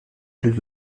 plus